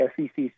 SEC